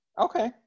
Okay